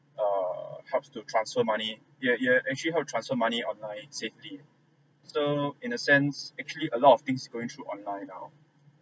err helps to transfer money you have you have actually how to transfer money online safely so in a sense actually a lot of things going through online now